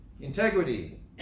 integrity